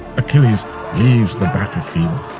achilles leaves the battlefield,